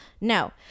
No